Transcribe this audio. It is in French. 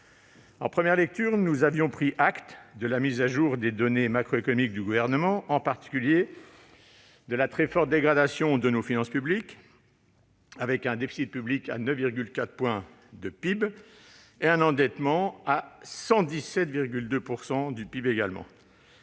En première lecture, nous avions pris acte de la mise à jour des données macroéconomiques du Gouvernement, en particulier de la très forte dégradation de nos finances publiques, avec un déficit public à 9,4 points de PIB et un endettement à 117,2 %. Le rebond